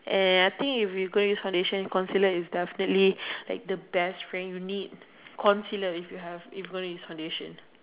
and ya I think if you going to use foundation concealer is definitely like the best friend you need concealer if you have if you gonna use foundation